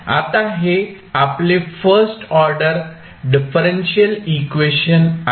आता हे आपले फर्स्ट ऑर्डर डिफरेंशियल इक्वेशन आहे